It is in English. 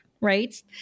right